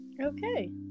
Okay